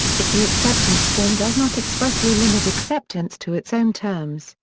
if the acceptance form does not expressly limit acceptance to its own terms,